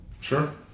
Sure